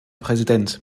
präsident